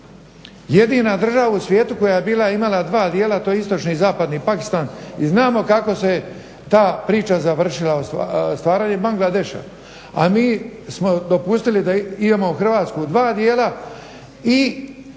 Jedina država u svijetu koja je imala dva dijela to je istočni i zapadni Pakistan i znamo kako se ta priča završila o stvaranju Bangladeša, a mi smo dopustili da imamo Hrvatsku u dva dijela i